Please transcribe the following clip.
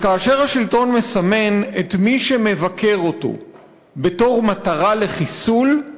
וכאשר השלטון מסמן את מי שמבקר אותו בתור מטרה לחיסול,